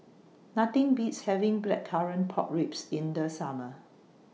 Nothing Beats having Blackcurrant Pork Ribs in The Summer